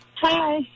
Hi